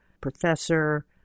professor